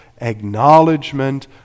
acknowledgement